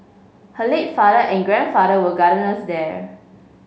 her late father and grandfather were gardeners there